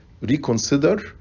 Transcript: reconsider